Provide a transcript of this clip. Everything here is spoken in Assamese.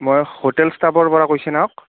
মই হোটেল ষ্টাফৰ পৰা কৈছে